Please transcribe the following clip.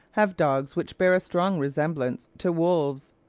have dogs which bear a strong resemblance to wolves.